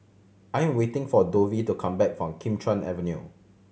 I'm waiting for Dovie to come back from Kim Chuan Avenue